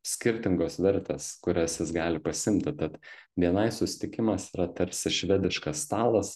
skirtingos vertės kurias jis gali pasiimti tad bni susitikimas yra tarsi švediškas stalas